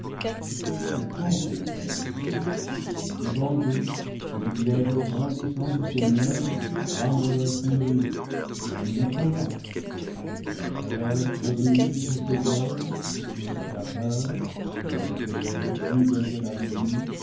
front ils s'avançaient devant eux le glaive brandissant du seigneur flamboyait furieux comme une comète la chaleur torride de ce glaive et sa vapeur telle que l'air brûlé de la libye